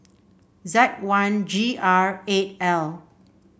Z one G R eight L